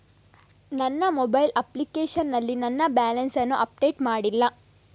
ನನ್ನ mobile application ನಲ್ಲಿ ನನ್ನ ಬ್ಯಾಲೆನ್ಸ್ ಅನ್ನು ಅಪ್ಡೇಟ್ ಮಾಡ್ಲಿಲ್ಲ